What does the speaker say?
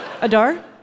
Adar